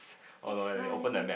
it's fine